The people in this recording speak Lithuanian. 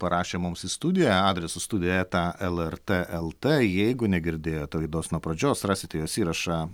parašę mums į studiją adresu studija eta lrt lt jeigu negirdėjot laidos nuo pradžios rasite jos įrašą